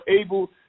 able